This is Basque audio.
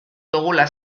dugula